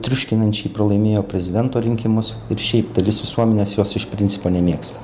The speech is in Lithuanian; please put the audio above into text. triuškinančiai pralaimėjo prezidento rinkimus ir šiaip dalis visuomenės jos iš principo nemėgsta